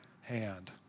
hand